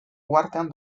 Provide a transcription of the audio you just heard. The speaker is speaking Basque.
uhartean